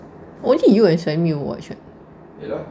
only you and suhaimi watch [what] you know